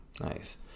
Nice